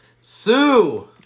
Sue